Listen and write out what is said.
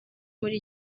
muri